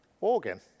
organ